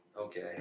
Okay